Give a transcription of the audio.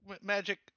magic